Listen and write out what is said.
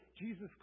Jesus